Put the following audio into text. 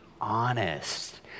honest